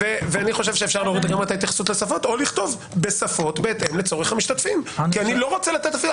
או לכתוב: בשפות בהתאם לצורך המשתתפים כי אני לא רוצה לחייב.